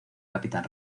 capitán